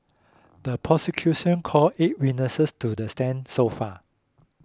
the prosecution call eight witnesses to the stand so far